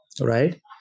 right